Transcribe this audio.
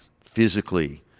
physically